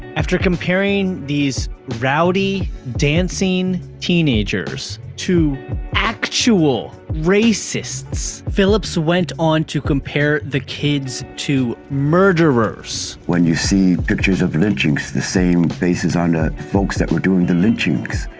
after comparing these rowdy dancing teenagers to actual racists, phillips went on to compare the kids to murderers. when you see pictures of lynchings the same faces on the ah folks that were doing the lynchings,